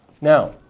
Now